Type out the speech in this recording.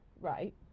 Right